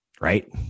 right